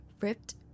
ripped